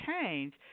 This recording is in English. change